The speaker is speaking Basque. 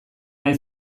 nahi